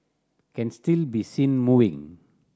can still be seen moving